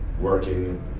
working